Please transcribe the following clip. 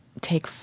take